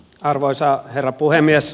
arvoisa herra puhemies